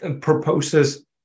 proposes